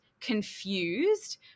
confused